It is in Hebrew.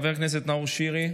חבר כנסת נאור שירי,